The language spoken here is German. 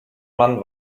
man